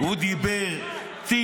אבל למה לשקר?